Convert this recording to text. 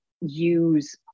use